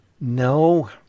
no